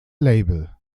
label